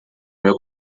meu